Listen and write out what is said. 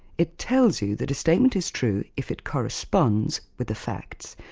it tells you that a statement is true if it corresponds with the facts.